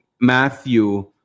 matthew